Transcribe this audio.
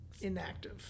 inactive